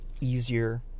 easier